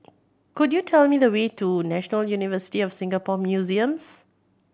could you tell me the way to National University of Singapore Museums